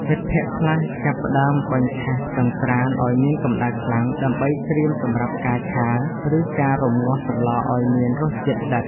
មិត្តភក្តិខ្លះចាប់ផ្ដើមបញ្ឆេះចង្ក្រានឱ្យមានកម្ដៅខ្លាំង ដើម្បីត្រៀមសម្រាប់ការឆា ឬការរំងាស់សម្លឱ្យមានរសជាតិដិត។